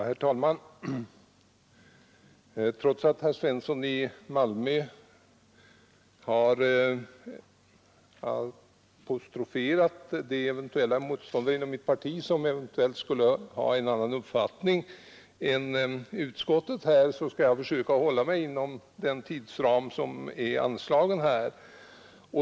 Herr talman! Trots att herr Svensson i Malmö har apostroferat de eventuella motståndare inom mitt parti som eventuellt skulle ha en annan uppfattning i frågan än utskottet skall jag försöka hålla mig inom den tidsram som är anslagen här.